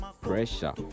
pressure